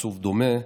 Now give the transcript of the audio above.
בעיצוב דומה,